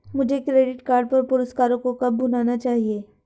मुझे credit card पर पुरस्कारों को कब भुनाना चाहिए?